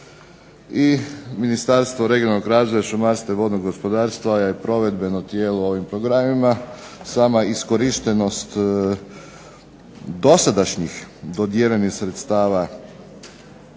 i Ministarstvo regionalnog razvoja, šumarstva i vodnog gospodarstva je provedbeno tijelo ovim programima. Sama iskorištenost dosadašnji dodijeljenih sredstava